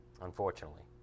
unfortunately